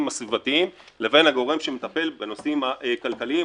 הסביבתיים לבין הגורם שמטפל בנושאים הכלכליים.